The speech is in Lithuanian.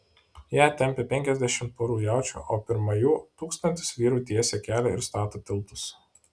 ją tempia penkiasdešimt porų jaučių o pirma jų tūkstantis vyrų tiesia kelią ir stato tiltus